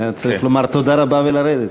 הוא צריך לומר "תודה רבה" ולרדת.